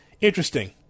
Interesting